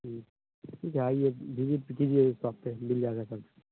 जी ठीक है आइए विजिट कीजिए शॉप पर मिल जाएगा सब